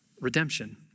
redemption